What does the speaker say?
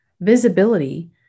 visibility